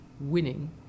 winning